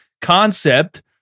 concept